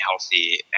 healthy